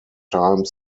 time